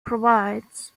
provides